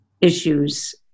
issues